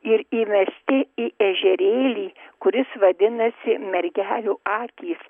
ir įmesti į ežerėlį kuris vadinasi mergelių akys